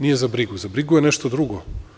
Nije za brigu, za brigu je nešto drugo.